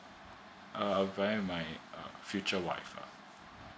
uh maybe my uh future wife uh